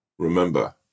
remember